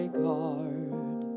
guard